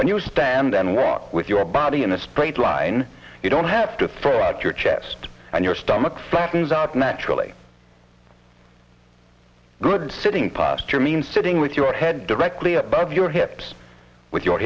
when you stand and walk with your body in a straight line you don't have to throw out your chest and your stomach flattens out naturally good sitting posture means sitting with your head directly above your hips with your